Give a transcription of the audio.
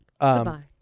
Goodbye